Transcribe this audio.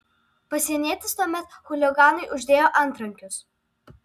pasienietis tuomet chuliganui uždėjo antrankius